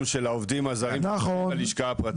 של העובדים הזרים שעובדים בלשכה הפרטית.